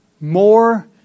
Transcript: more